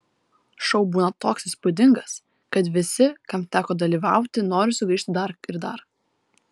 šou būna toks įspūdingas kad visi kam teko dalyvauti nori sugrįžti dar ir dar